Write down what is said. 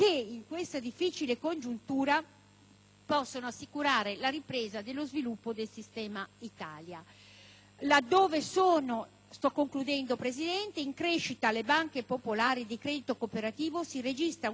possono assicurare la ripresa dello sviluppo del sistema Italia; laddove sono in crescita le banche popolari e di credito cooperativo, si registra un decremento delle grandi banche.